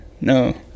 no